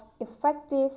effective